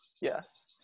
Yes